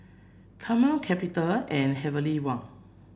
Camel Capital and Heavenly Wang